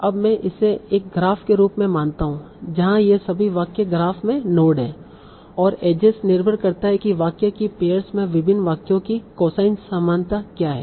अब मैं इसे एक ग्राफ के रूप में मानता हूं जहां ये सभी वाक्य ग्राफ में नोड हैं और एजेस निर्भर करता है कि वाक्य की पेयर्स में विभिन्न वाक्यों की कोसाइन समानता क्या है